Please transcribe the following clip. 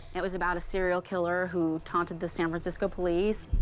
it was about a serial killer who taunted the san francisco police,